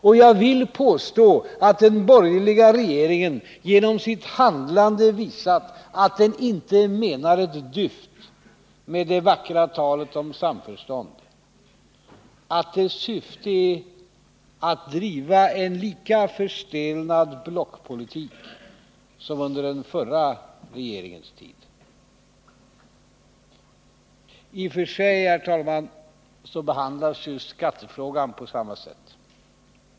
Och jag vill påstå att den borgerliga regeringen genom sitt handlande visat att den inte menar ett dyft med det vackra talet om samförstånd, att dess syfte är att driva en lika försteln2d blockpolitik som under den förra trepartiregeringens tid. I och för sig, herr talman, behandlades skattefrågan på samma sätt.